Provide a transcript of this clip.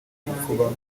gupfuba